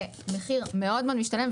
זה מחיר מאוד מאוד משתלם.